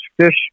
fish